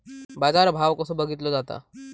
बाजार भाव कसो बघीतलो जाता?